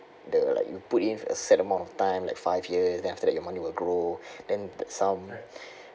the like you put in a set amount of time like five years then after that your money will grow then some